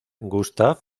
gustav